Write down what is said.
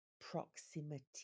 proximity